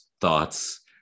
thoughts